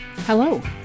Hello